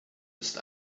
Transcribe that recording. ist